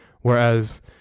whereas